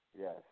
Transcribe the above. Yes